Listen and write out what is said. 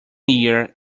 ear